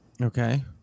Okay